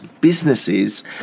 businesses